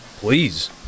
Please